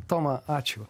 toma ačiū